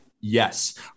Yes